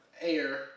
air